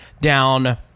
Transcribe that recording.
down